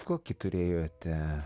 kokį turėjote